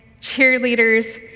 cheerleaders